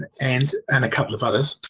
and and a couple of others.